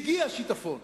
הגיע השיטפון,